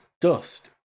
dust